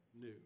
new